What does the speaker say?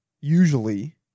Usually